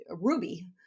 ruby